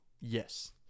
Yes